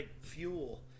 fuel